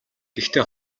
гэхдээ